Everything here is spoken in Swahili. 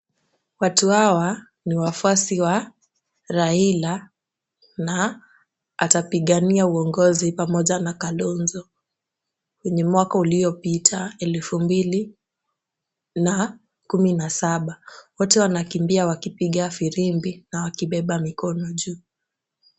Watu hawa ni wafuasi wa Raila na atapigania uongozi pamoja na Kalonzo kwenye mwaka uliopita, elfu mbili na kumi na saba. Wote wanakimbia wakipiga firimbi na wakibeba mikono juu.